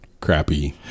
crappy